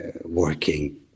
working